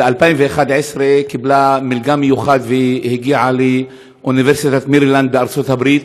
ב-2011 היא קיבלה מלגה מיוחדת והגיעה לאוניברסיטת מרילנד בארצות הברית.